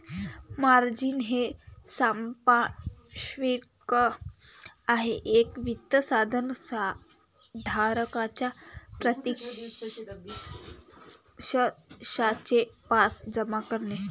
margin हे सांपार्श्विक आहे एक वित्त साधन धारकाच्या प्रतिपक्षाचे पास जमा करणे